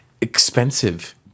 Expensive